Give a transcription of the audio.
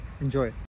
Enjoy